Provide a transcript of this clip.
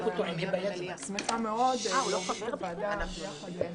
אני שמחה מאוד להיות יושבת-ראש הוועדה וביחד עם